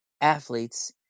athletes